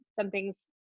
something's